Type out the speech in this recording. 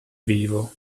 vivo